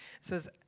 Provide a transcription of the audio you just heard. says